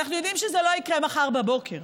אנחנו יודעים שזה לא יקרה מחר בבוקר,